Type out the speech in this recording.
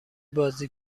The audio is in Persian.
بازی